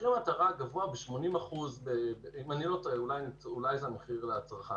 גבוה ב-80% אם אני לא טועה, ואולי זה המחיר לצרכן.